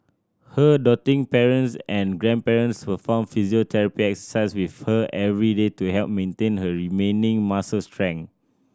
her doting parents and grandparents perform physiotherapy exercise with her every day to help maintain her remaining muscle strength